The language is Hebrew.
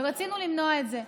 ורצינו למנוע את זה.